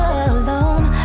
alone